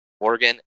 Morgan